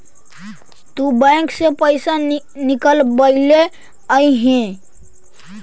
तु बैंक से पइसा निकलबएले अइअहिं